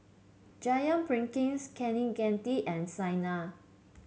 Jayaprakash Kaneganti and Saina